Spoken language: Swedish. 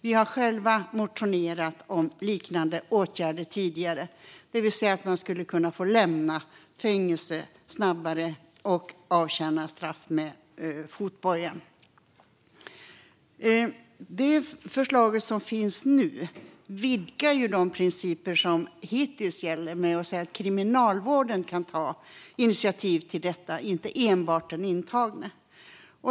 Vi har själva tidigare motionerat om liknande åtgärder, det vill säga att man skulle kunna få lämna fängelset snabbare och i stället avtjäna straffet med fotboja. Förslaget som finns nu vidgar de principer som gällt hittills genom att man säger att Kriminalvården ska kunna ta initiativ till detta, inte enbart den intagne.